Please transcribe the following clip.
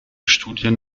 studien